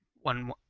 one